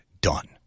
done